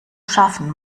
schaffen